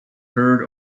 heard